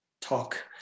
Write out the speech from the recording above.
talk